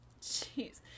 Jeez